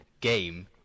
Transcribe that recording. game